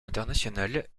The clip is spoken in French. international